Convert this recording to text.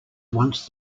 once